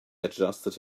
adjusted